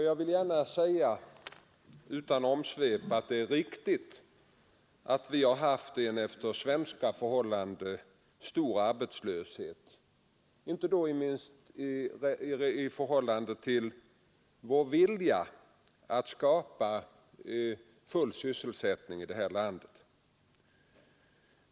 Först vill jag då utan omsvep erkänna att vi har haft en efter svenska förhållanden stor arbetslöshet, inte minst med tanke på vår vilja att skapa full sysselsättning här i landet.